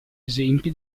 esempi